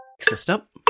stop